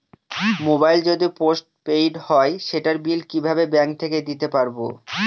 Mobile যদি post paid হয় সেটার বিল কিভাবে ব্যাংক থেকে দিতে পারব?